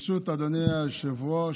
ברשות אדוני היושב-ראש,